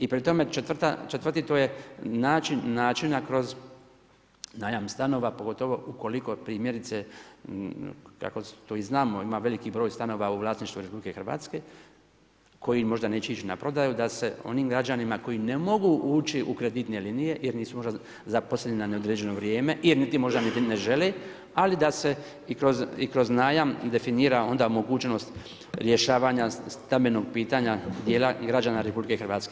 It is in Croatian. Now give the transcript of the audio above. I pri tome četvrti to je naći načina kroz najam stanova, pogotovo ukoliko primjerice kako to i znamo ima veliki broj stanova u vlasništvu RH koji možda neće ići na prodaju da se onim građanima koji ne mogu ući u kreditne linije jer nisu možda zaposleni na određeno vrijeme jer niti možda niti ne žele, ali da se i kroz najam definira onda mogućnost rješavanja stambenog pitanja dijela građana RH.